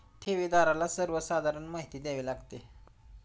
ठेवीदाराला सर्वसाधारण माहिती द्यावी लागते